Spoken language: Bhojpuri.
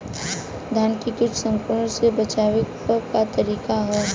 धान के कीट संक्रमण से बचावे क का तरीका ह?